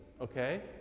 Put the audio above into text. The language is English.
okay